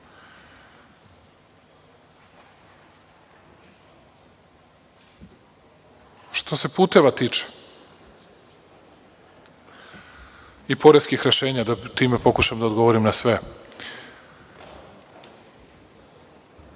se puteva tiče i poreskih rešenja, da time pokušam da odgovorim na sve,